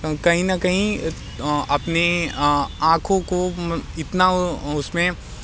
कहीं ना कहीं अपनी आ आँखों को इतना उसमें